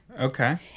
Okay